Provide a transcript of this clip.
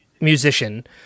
musician